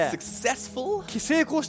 Successful